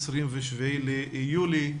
27 ביולי,